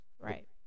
Right